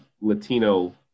Latino